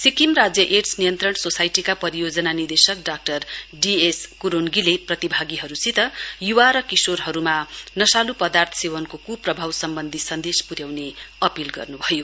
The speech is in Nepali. सिक्किम राज्य एइस् नियन्त्रण सोसाइटीका परियोजना निदेशक डाक्टर डी एस केरोन्गीले प्रतिभागीहरूसित युवा र किशोरहरूमा नशालु पदार्थ सेवनको कुप्रभाव सम्बन्धी सन्देश पुर्याउने अपील गर्नुभयो